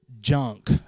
junk